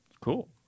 Cool